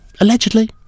allegedly